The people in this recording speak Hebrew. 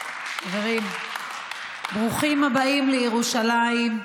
(מחיאות כפיים) חברים, ברוכים הבאים לירושלים,